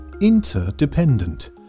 interdependent